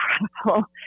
incredible